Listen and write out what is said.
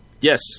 Yes